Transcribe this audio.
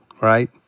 right